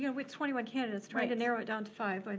and with twenty one candidates, trying to narrow it down to five, but